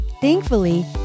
Thankfully